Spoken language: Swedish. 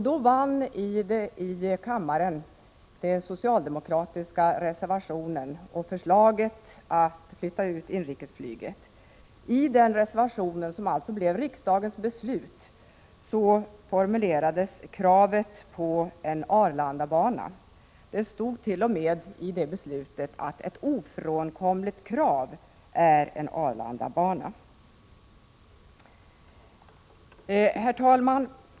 Då vann i kammaren den socialdemokratiska reservationen och förslaget att flytta ut inrikesflyget till Arlanda. I den reservationen, som alltså blev riksdagens beslut, formulerades kravet på en Arlandabana. I beslutet stod t.o.m. att en Arlandabana är ett ofrånkomligt krav. Herr talman!